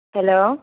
hello